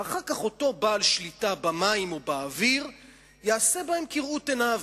ואחר כך אותו בעל שליטה במים או באוויר יעשה בהם כראות עיניו.